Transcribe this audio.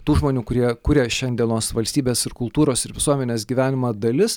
tų žmonių kurie kuria šiandienos valstybės ir kultūros ir visuomenės gyvenimą dalis